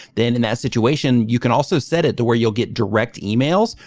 then in that situation you can also set it to where you'll get direct emails.